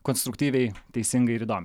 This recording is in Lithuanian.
konstruktyviai teisingai ir įdomiai